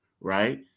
Right